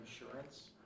insurance